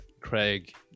Craig